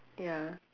ya